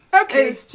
Okay